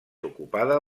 ocupada